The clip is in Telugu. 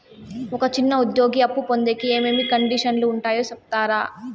ఒక చిన్న ఉద్యోగి అప్పు పొందేకి ఏమేమి కండిషన్లు ఉంటాయో సెప్తారా?